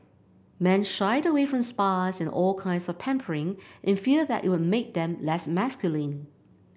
men shied away from spas and all kinds of pampering in fear that it would make them less masculine